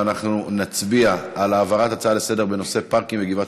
ואנחנו נצביע על העברת ההצעה לסדר-היום בנושא: פארקים בגבעת